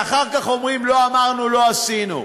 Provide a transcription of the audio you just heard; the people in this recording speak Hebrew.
ואחר כך אומרים: לא אמרנו, לא עשינו.